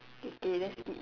okay let's read